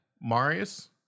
Marius